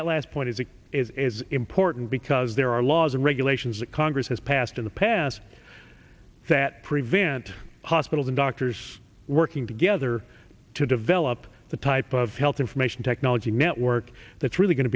that last point is it is important because there are laws and regulations that congress has passed in the past that prevent hospitals and doctors working together to develop the type of health information technology network that's really go